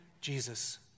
Jesus